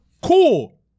Cool